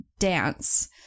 Dance